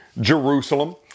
Jerusalem